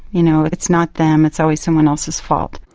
you know, it's not them, it's always someone else's fault.